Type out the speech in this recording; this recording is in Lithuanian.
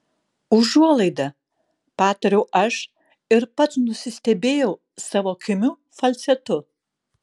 užuolaida patariau aš ir pats nusistebėjau savo kimiu falcetu